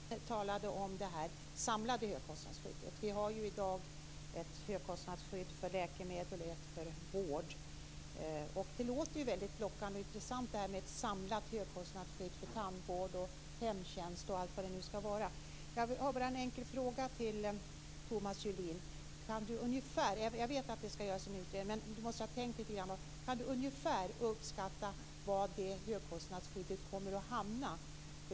Fru talman! Thomas Julin talade om det samlade högkostnadsskyddet. Vi har i dag ett högkostnadsskydd för läkemedel och ett för vård. Det låter väldigt lockande och intressant med ett samlat högkostnadsskydd för tandvård, hemtjänst och allt vad det nu skall omfatta. Jag har bara en enkel fråga till Thomas Jag vet att det skall göras en utredning, men Thomas Julin måste ha tänkt lite grann på detta. Kan Thomas Julin ungefär uppskatta var kostnaden för detta högkostnadsskydd kommer att hamna?